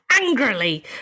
angrily